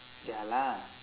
ya lah